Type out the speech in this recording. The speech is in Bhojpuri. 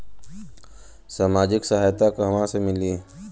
सामाजिक सहायता कहवा से मिली?